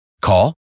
Call